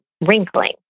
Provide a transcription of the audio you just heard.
wrinkling